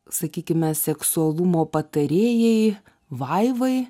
sakykime seksualumo patarėjai vaivai